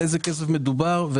על איזה כסף מדובר?